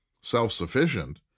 self-sufficient